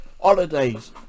holidays